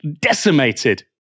decimated